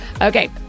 Okay